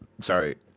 Sorry